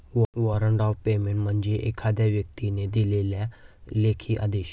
warrant of payment म्हणजे एखाद्या व्यक्तीने दिलेला लेखी आदेश